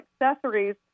accessories